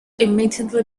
immediately